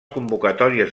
convocatòries